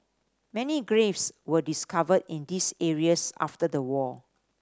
many graves were discovered in these areas after the war